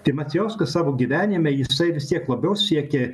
tai macijauskas savo gyvenime jisai vis tiek labiau siekė